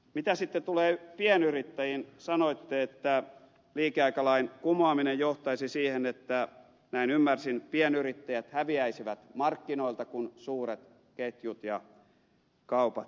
mitä sitten tulee pienyrittäjiin sanoitte että liikeaikalain kumoaminen johtaisi siihen että näin ymmärsin pienyrittäjät häviäisivät markkinoilta kun suuret ketjut ja kaupat jyräisivät